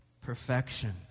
perfection